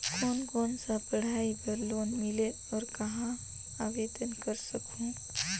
कोन कोन सा पढ़ाई बर लोन मिलेल और कहाँ आवेदन कर सकहुं?